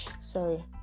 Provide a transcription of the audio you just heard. Sorry